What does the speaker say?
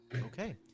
okay